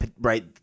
right